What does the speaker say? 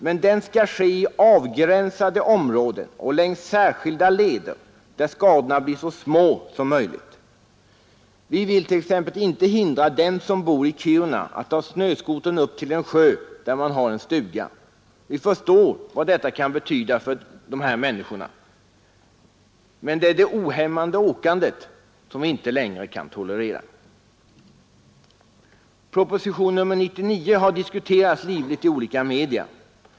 Men den skall ske i avgränsade områden och längs särskilda leder, där skadorna blir så små som möjligt. Vi vill t.ex. inte hindra den som bor i Kiruna att ta snöskotern upp till en sjö där han kanske har en stuga. Vi förstår vad detta kan betyda för dessa människor. Men det ohämmade åkandet kan inte längre tolereras. Propositionen 99 år 1972 har diskuterats flitigt i olika media.